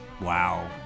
Wow